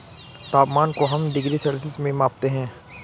तापमान को हम डिग्री सेल्सियस में मापते है